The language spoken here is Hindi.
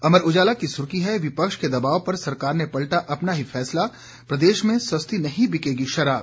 अमर उजाला की सुर्खी है विपक्ष के दबाव पर सरकार ने पलटा अपना ही फैसला प्रदेश में सस्ती नहीं बिकेगी शराब